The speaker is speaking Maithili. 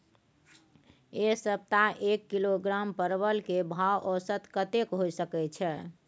ऐ सप्ताह एक किलोग्राम परवल के भाव औसत कतेक होय सके छै?